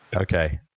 Okay